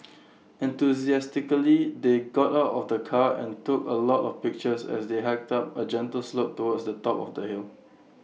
enthusiastically they got out of the car and took A lot of pictures as they hiked up A gentle slope towards the top of the hill